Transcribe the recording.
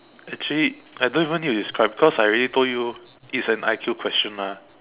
actually I don't even need to describe because I already told you it's an I_Q question mah